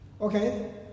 Okay